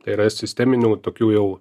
tai yra sisteminių tokių jau